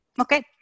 okay